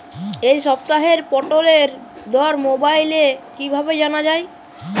এই সপ্তাহের পটলের দর মোবাইলে কিভাবে জানা যায়?